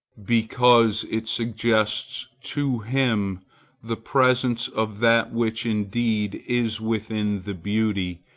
because it suggests to him the presence of that which indeed is within the beauty,